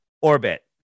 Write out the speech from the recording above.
orbit